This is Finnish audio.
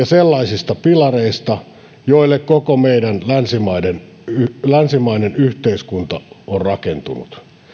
sellaisista pilareista joille koko meidän länsimainen länsimainen yhteiskunta on rakentunut